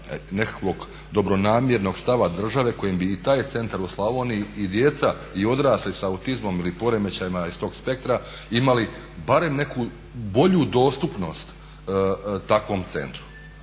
nekakvog dobronamjernog stava države kojim bi i taj centar u Slavoniji i djeca i odrasli sa autizmom ili poremećajima iz tog spektra imali barem neku bolju dostupnost takvom centru.